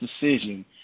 decision